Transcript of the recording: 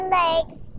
legs